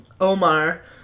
Omar